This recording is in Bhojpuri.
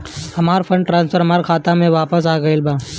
हमर फंड ट्रांसफर हमर खाता में वापस आ गईल बा